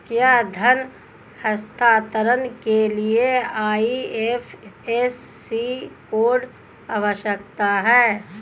क्या धन हस्तांतरण के लिए आई.एफ.एस.सी कोड आवश्यक है?